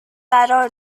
قرار